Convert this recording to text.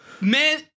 Men